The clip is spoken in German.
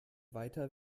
weiter